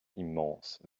immense